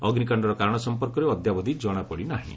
ଅଗ୍ନିକାଶ୍ଡର କାରଣ ସମ୍ପର୍କରେ ଅଦ୍ୟାବଧି ଜଣାପଡିନାହିଁ